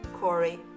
Corey